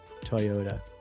Toyota